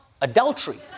adultery